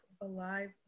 alive